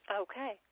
Okay